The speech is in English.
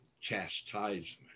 chastisement